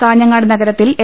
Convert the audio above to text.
കാഞ്ഞങ്ങാട് നഗരത്തിൽ എ